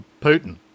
Putin